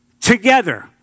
together